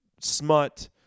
smut